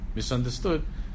misunderstood